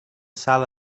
salt